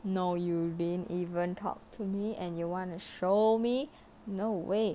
no you didn't even talk to me and you wanna show me no way